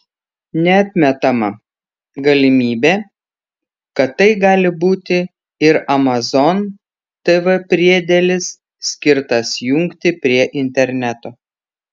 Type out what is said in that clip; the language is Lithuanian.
neatmetama galimybė kad tai gali būti ir amazon tv priedėlis skirtas jungti prie interneto